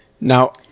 Now